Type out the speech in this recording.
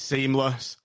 Seamless